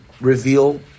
reveal